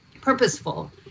purposeful